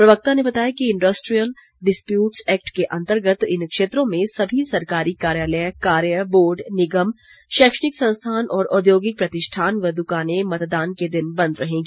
प्रवक्ता ने बताया कि इंडस्ट्रीयल डिस्प्यूटस एक्ट के अंतर्गत इन क्षेत्रों में सभी सरकारी कार्यालय कार्य बोर्ड निगम शैक्षणिक संस्थान और औद्योगिक प्रतिष्ठान व दुकानें मतदान के दिन बंद रहेंगी